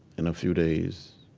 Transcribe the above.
in a few days.